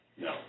No